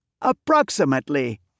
approximately